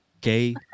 gay